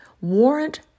warrant